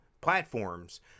platforms